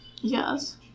Yes